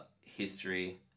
history